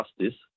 justice